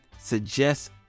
suggest